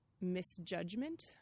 misjudgment